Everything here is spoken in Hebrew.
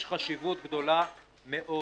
יש חשיבות גדולה מאוד,